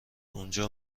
اونجا